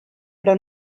però